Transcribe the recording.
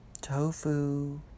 tofu